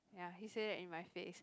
ya he say that in my face